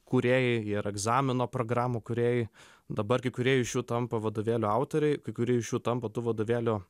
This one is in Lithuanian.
kūrėjai jie yra egzamino programų kūrėjai dabar kai kurie iš jų tampa vadovėlių autoriai kai kurie iš jų tampa tų vadovėlių